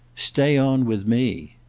stay on with me.